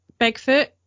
bigfoot